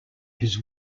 his